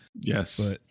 Yes